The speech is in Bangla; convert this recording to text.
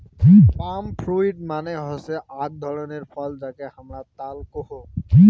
পাম ফ্রুইট মানে হসে আক ধরণের ফল যাকে হামরা তাল কোহু